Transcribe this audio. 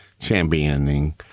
championing